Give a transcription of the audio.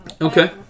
Okay